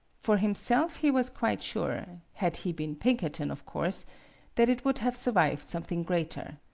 for him self, he was quite sure had he been pinker ton, of course that it would have survived something greater.